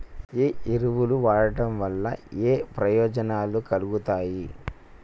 ఏ ఎరువులు వాడటం వల్ల ఏయే ప్రయోజనాలు కలుగుతయి?